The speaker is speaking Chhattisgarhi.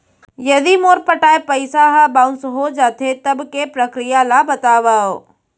यदि मोर पटाय पइसा ह बाउंस हो जाथे, तब के प्रक्रिया ला बतावव